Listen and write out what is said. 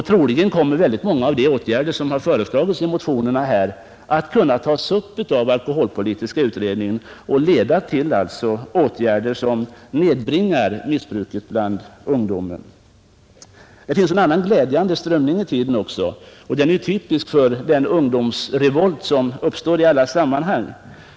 Troligen kommer många av de förslag som framförs i motionerna att kunna tas upp av alkoholpolitiska utredningen och leda till åtgärder som nedbringar missbruket ibland ungdomen. Det finns en annan glädjande strömning i tiden, och den är typisk för den ungdomsrevolt som uppstår i många sammanhang.